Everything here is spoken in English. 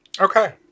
Okay